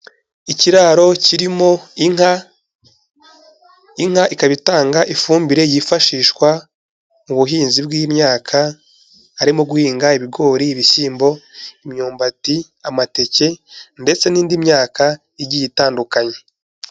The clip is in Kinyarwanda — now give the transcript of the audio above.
Ikiraro kirimo inka, inka ikaba itanga ifumbire yifashishwa mu buhinzi bw'imyaka harimo guhinga ibigori, ibishyimbo, imyumbati, amateke ndetse n'indi myaka igiye itandukanye.